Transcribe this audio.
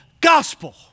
gospel